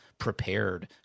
prepared